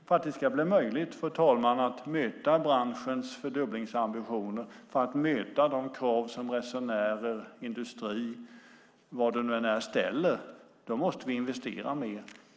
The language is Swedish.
För att det ska bli möjligt, fru talman, att möta branschens fördubblingsambitioner och att möta de krav som resenärer, industri och så vidare ställer måste vi investera mer.